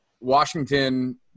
Washington